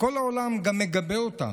וכל העולם גם מגבה אותם.